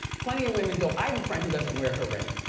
plenty of women don't, i have a friend who doesn't wear her ring.